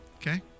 Okay